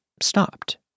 stopped